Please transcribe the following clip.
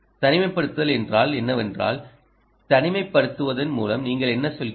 தனிமைப்படுத்தல் என்றால் என்னவென்றால் தனிமைப்படுத்துவதன் மூலம் நீங்கள் என்ன சொல்கிறீர்கள்